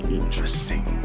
interesting